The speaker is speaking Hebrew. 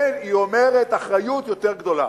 כן, היא אומרת אחריות יותר גדולה,